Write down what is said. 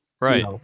right